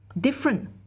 different